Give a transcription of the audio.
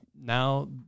Now